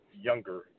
younger